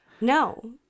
No